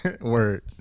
Word